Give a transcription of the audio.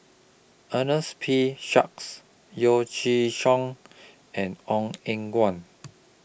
Ernest P Shanks Yeo Chee and Ong Eng Guan